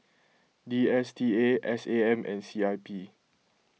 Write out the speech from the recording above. D S T A S A M and C I P